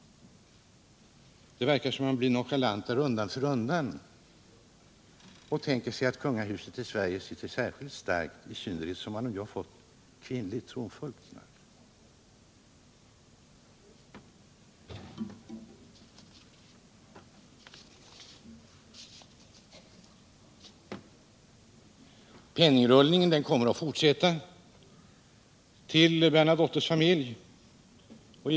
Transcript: Det verkar som om man blir alltmer nonchalant undan för undan och tänker att kungahuset sitter särskilt starkt i Sverige, i synnerhet nu sedan kvinnlig tronföljd införts. Penningrullningen till familjen Bernadotte kommer att fortsätta.